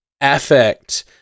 affect